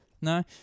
No